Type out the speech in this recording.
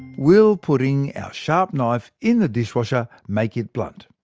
will putting our sharp knife in the dishwasher make it blunt?